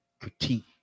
critique